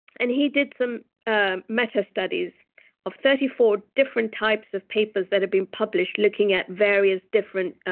and he did some ah meta studies of thirty four different types of papers that have been published looking at various different